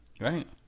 Right